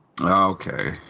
Okay